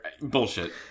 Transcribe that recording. bullshit